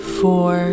four